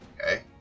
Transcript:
Okay